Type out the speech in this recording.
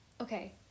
Okay